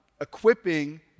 equipping